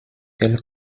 telle